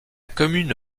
commune